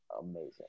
amazing